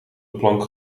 plank